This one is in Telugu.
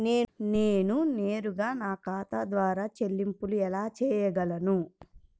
నేను నేరుగా నా ఖాతా ద్వారా చెల్లింపులు ఎలా చేయగలను?